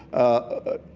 ah,